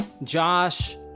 Josh